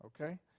Okay